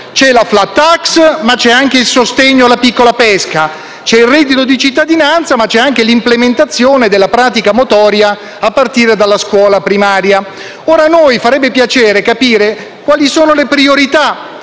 c'è la *flat tax*, ma c'è anche il sostegno alla piccola pesca; c'è il reddito di cittadinanza, ma c'è anche l'implementazione della pratica motoria a partire dalla scuola primaria. A noi farebbe piacere capire quali sono le priorità